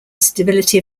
stability